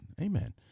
Amen